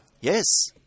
Yes